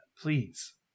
Please